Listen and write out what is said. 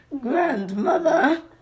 Grandmother